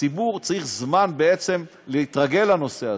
הציבור צריך זמן להתרגל לנושא הזה.